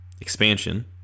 expansion